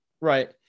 right